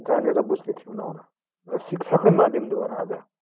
जानेर बुझ्ने थिएनौँ होला र शिक्षाकै माध्यमद्वारा आज